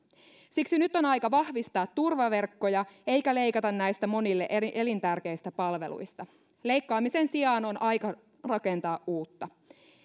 siksi nyt on aika vahvistaa turvaverkkoja eikä leikata näistä monille elintärkeistä palveluista leikkaamisen sijaan on aika rakentaa uutta